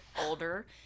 older –